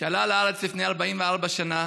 שעלה לארץ לפני 44 שנה,